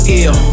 ill